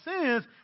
sins